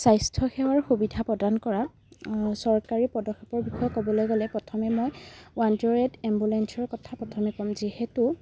স্বাস্থ্য সেৱাৰ সুবিধা প্ৰদান কৰাত চৰকাৰী পদক্ষেপৰ বিষয়ে ক'বলৈ গ'লে প্ৰথমে মই ওৱান জিৰ' এইট এমবুলেঞ্চৰ কথা প্ৰথমে ক'ম যিহেতু